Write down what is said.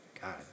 God